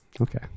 Okay